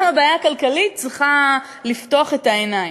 גם הבעיה הכלכלית צריכה לפתוח את העיניים.